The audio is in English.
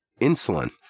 insulin